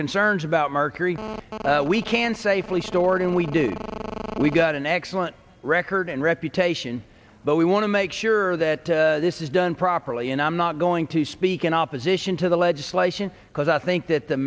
concerns about mercury we can safely stored and we do we got an excellent record and reputation but we want to make sure that this is done properly and i'm not going to speak in opposition to the legislation because i think that the